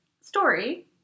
story